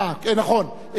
כבוד שר התחבורה,